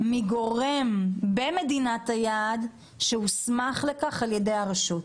או מגורם במדינת היעד שהוסמך לכך על ידי הרשות.